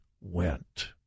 went